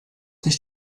nicht